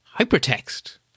hypertext